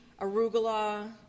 arugula